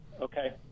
Okay